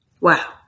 Wow